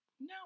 No